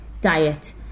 diet